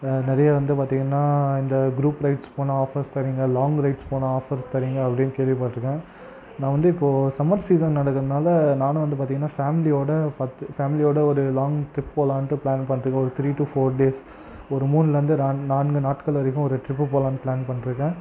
நிறைய வந்து பார்த்திங்கன்னா இந்த குரூப் ரைட்ஸ் போனால் ஆஃபர்ஸ் தரீங்கள் லாங் ரைட்ஸ் போனால் ஆஃபர்ஸ் தரிங்கள் அப்படினு கேள்விப்பட்டிருக்கன் நான் வந்து இப்போது சம்மர் சீசன் நடக்கிறதுனால நான் வந்து பார்த்திங்கன்னா ஃபேமிலியோட பத்து ஃபேமிலியோட ஒரு லாங் ட்ரிப் போகலான்ட்டு பிளான் பண்ணிருக்கன் ஒரு த்ரீ டு ஃபோர் டேஸ் ஒரு மூண்லேருந்து நான்கு நாட்கள் வரைக்கும் ஒரு ட்ரிப்பு போகலான்னு பிளான் பண்ணிருக்கன்